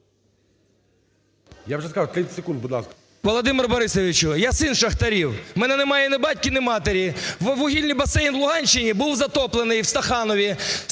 Володимир Борисович, я – син шахтарів, в мене немає ні батька, ні матері. Вугільний басейн в Луганщині був затоплений, в Стаханові,